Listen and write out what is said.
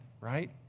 right